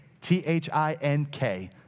T-H-I-N-K